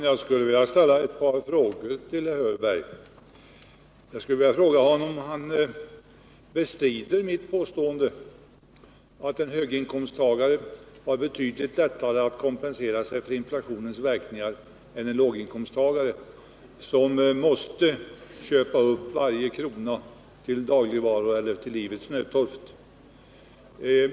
Jag skulle vilja ställa ett par frågor till herr Hörberg. Bestrider herr Hörberg mitt påstående att en höginkomsttagare har det betydligt lättare att kompensera sig för inflationens verkningar än en låginkomsttagare har, som måste köpa upp varje krona till dagligvaror för livets nödtorft?